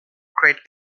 great